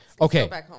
okay